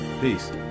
Peace